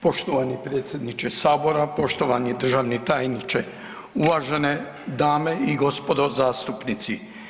Poštovani predsjedniče Sabora, poštovani državni tajniče, uvažene dame i gospodo zastupnici.